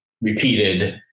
repeated